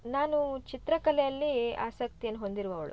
ನಾನೂ ಚಿತ್ರಕಲೆಯಲ್ಲೀ ಆಸಕ್ತಿಯನ್ನು ಹೊಂದಿರುವವಳು